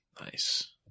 Nice